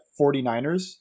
49ers